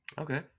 Okay